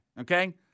okay